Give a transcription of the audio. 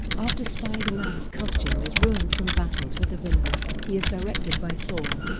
after spider-man's costume is ruined from battles with the villains, he is directed by thor